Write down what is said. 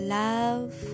love